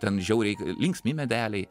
ten žiauriai linksmi medeliai